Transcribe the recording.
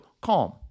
CALM